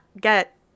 get